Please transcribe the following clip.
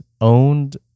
owned